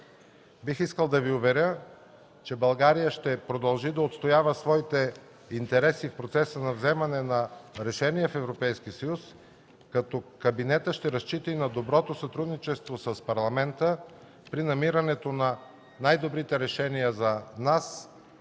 Бих искал да Ви уверя, че България ще продължи да отстоява своите интереси в процеса на вземане на решения в Европейския съюз, като кабинетът ще разчита и на доброто сътрудничество с Парламента при намирането на най-добрите решения за нас